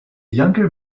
younger